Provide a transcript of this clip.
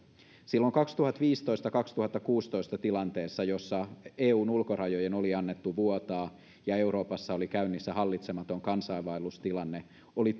silloin kaksituhattaviisitoista viiva kaksituhattakuusitoista tilanteessa jossa eun ulkorajojen oli annettu vuotaa ja euroopassa oli käynnissä hallitsematon kansainvaellustilanne oli